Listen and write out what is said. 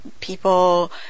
people